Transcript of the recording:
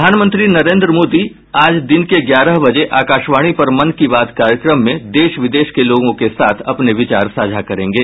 प्रधानमंत्री नरेन्द्र मोदी आज दिन के ग्यारह बजे आकाशवाणी पर मन की बात कार्यक्रम में देश विदेश के लोगों के साथ अपने विचार साझा करेंगे